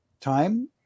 time